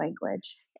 language